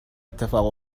اتفاق